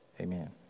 Amen